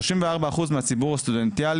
שלושים וארבע אחות מהציבור בסטודנטיאלי